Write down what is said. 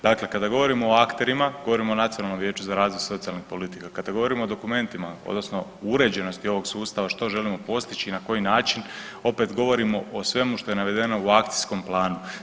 Dakle, kada govorimo o akterima, govorimo o Nacionalnom vijeću za razvoj socijalnih politika, kada govorimo o dokumentima, odnosno uređenosti ovog sustava i što želimo postići i na koji način, opet govorimo o svemu što je navedeno u akcijskom planu.